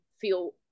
feel